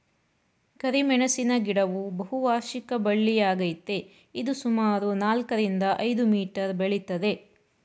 ಕರಿಮೆಣಸಿನ ಗಿಡವು ಬಹುವಾರ್ಷಿಕ ಬಳ್ಳಿಯಾಗಯ್ತೆ ಇದು ಸುಮಾರು ನಾಲ್ಕರಿಂದ ಐದು ಮೀಟರ್ ಬೆಳಿತದೆ